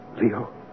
Leo